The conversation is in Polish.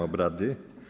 obrady.